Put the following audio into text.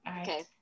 Okay